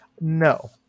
No